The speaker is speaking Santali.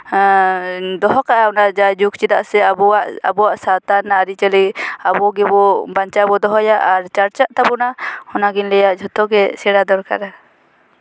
ᱫᱚᱦᱚ ᱠᱟᱜᱼᱟ ᱡᱟᱭ ᱡᱩᱜᱽ ᱪᱮᱫᱟᱜ ᱥᱮ ᱟᱵᱚᱣᱟᱜ ᱟᱵᱚᱣᱟᱜ ᱥᱟᱶᱛᱟ ᱨᱮᱱᱟᱜ ᱟᱹᱨᱤᱪᱟᱹᱞᱤ ᱟᱵᱚ ᱜᱮᱵᱚ ᱵᱟᱧᱪᱟᱣ ᱵᱚᱱ ᱫᱚᱦᱚᱭᱟ ᱟᱨ ᱪᱟᱨᱪᱟᱜ ᱛᱟᱵᱚᱱᱟ ᱚᱱᱟ ᱜᱤᱧ ᱞᱟᱹᱭᱟ ᱡᱷᱚᱛᱚ ᱜᱮ ᱥᱮᱲᱟ ᱫᱚᱨᱠᱟᱨᱟ